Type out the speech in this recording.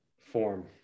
form